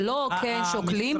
זה לא אתם שוקלים.